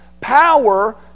power